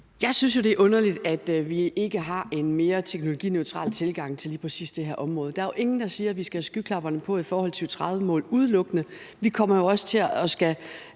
Jeg synes jo, det er underligt, at vi ikke har en mere teknologineutral tilgang til lige præcis det her område. Der er jo ingen, der siger, at vi skal have skyklapperne på i forhold til udelukkende 2030-målet. Vi kommer jo også til at